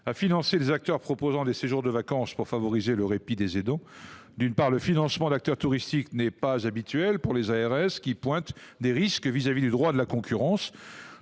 à financer les acteurs proposant des séjours de vacances pour favoriser le répit des aidants. D’une part, le financement d’acteurs touristiques n’est pas habituel pour les ARS, qui évoquent des risques vis à vis du droit de la concurrence.